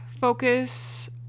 focus